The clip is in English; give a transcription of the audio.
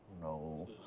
no